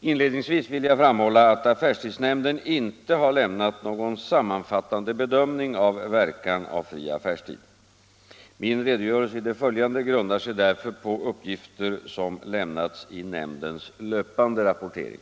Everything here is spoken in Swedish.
Inledningsvis vill jag framhålla att affärstidsnämnden inte lämnat någon sammanfattande bedömning av verkan av fri affärstid. Min redogörelse i det följande grundar sig därför på de uppgifter som lämnats i nämndens löpande rapportering.